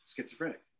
schizophrenic